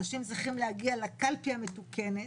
אנשים צריכים להגיע לקלפי המתוקנת.